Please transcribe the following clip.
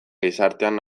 gizartean